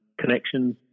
connections